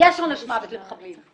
יש עונש מוות למחבלים.